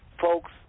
Folks